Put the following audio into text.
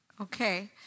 Okay